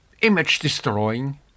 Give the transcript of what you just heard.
image-destroying